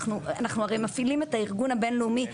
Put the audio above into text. אנחנו הרי מפעילים את הארגון הבינלאומי,